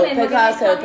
Picasso